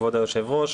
כבוד היושב-ראש.